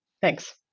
Thanks